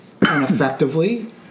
effectively